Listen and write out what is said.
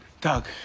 Doug